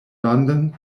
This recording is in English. london